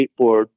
skateboard